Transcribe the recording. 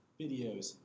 videos